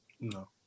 no